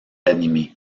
animé